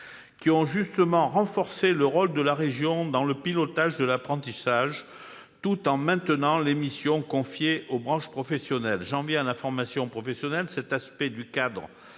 qui ont justement renforcé le rôle de la région dans le pilotage de l'apprentissage, tout en maintenant les missions confiées aux branches professionnelles. J'en viens à la formation professionnelle. Le texte recadre